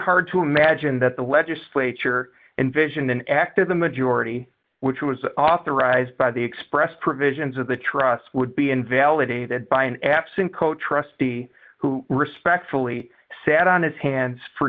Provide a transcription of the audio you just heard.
hard to imagine that the legislature envisioned an act of the majority which was authorized by the express provisions of the trust would be invalidated by an absent co trustee who respectfully sat on his hands for